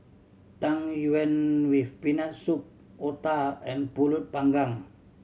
Tang Yuen with Peanut Soup otah and Pulut Panggang